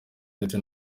ndetse